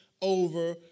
over